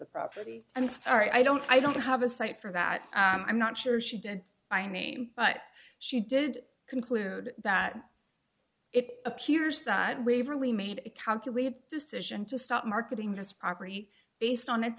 the property i'm sorry i don't i don't have a cite for that i'm not sure she didn't by name but she did conclude that it appears that waverley made a calculated decision to stop marketing his property based on it